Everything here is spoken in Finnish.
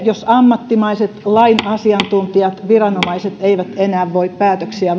jos ammattimaiset lain asiantuntijat viranomaiset eivät enää voi päätöksiä